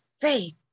faith